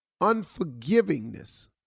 unforgivingness